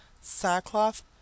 Sackcloth